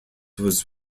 was